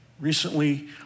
Recently